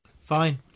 Fine